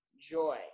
joy